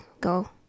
go